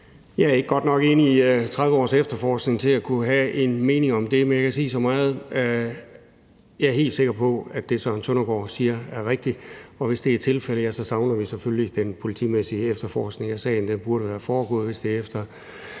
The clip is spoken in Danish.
Jeg er ikke godt nok inde i 30 års efterforskning til at kunne have en mening om det, men jeg kan sige så meget, som at jeg er helt sikker på, at det, Søren Søndergaard siger, er rigtigt, og hvis det er tilfældet, savner vi selvfølgelig den politimæssige efterforskning af sagen. Den burde være foregået. Hvis det er efter